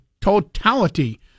totality